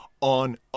on